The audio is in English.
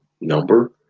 number